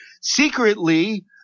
secretly